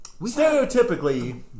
stereotypically